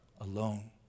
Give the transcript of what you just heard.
alone